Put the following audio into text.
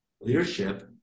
leadership